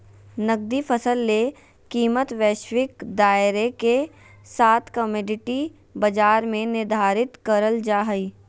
नकदी फसल ले कीमतवैश्विक दायरेके साथकमोडिटी बाजार में निर्धारित करल जा हइ